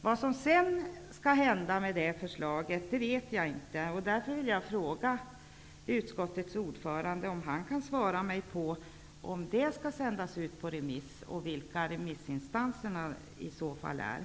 Vad som sedan skall hända med det förslaget vet inte jag, och därför vill jag fråga om utskottets ordförande kan svara på om det kommer att sändas ut på remiss och vilka remissinstanserna i så fall är.